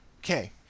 Okay